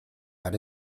but